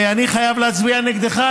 אני חייב להצביע נגדך,